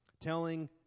telling